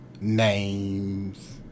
names